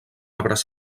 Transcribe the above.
arbres